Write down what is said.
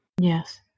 Yes